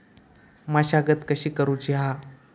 मशागत कशी करूची हा?